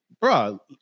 Bro